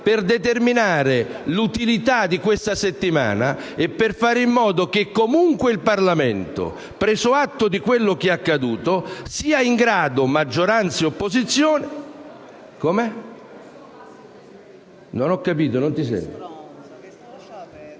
per determinare l'utilità di questa settimana e per fare in modo che comunque il Parlamento, preso atto di quello che è accaduto, sia in grado, maggioranza e opposizione... FINOCCHIARO *(PD)*. C'è il testo